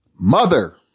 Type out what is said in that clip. Mother